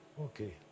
Okay